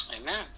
Amen